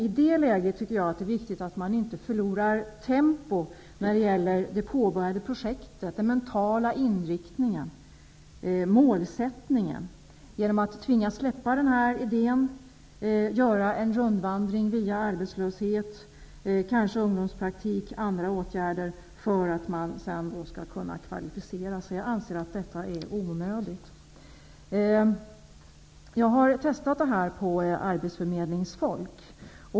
I det läget tycker jag att det är viktigt att man inte förlorar tempo i det påbörjade projektet, i den mentala inriktningen och målsättningen, genom att tvingas släppa idén och för att kvalificera sig göra en rundvandring genom arbetslöshet, kanske ungdomspraktik och andra åtgärder. Jag anser att detta är onödigt. Jag har testat detta på arbetsförmedlingsfolk.